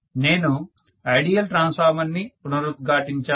నేను ideal transformer ని పునరుద్ఘాటించాను